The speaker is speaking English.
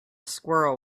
squirrel